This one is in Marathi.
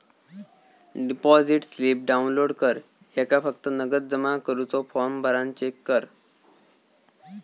डिपॉसिट स्लिप डाउनलोड कर ह्येका फक्त नगद जमा करुचो फॉर्म भरान चेक कर